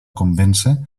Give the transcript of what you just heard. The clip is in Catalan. convèncer